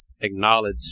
acknowledge